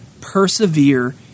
persevere